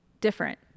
different